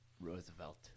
Roosevelt